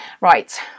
Right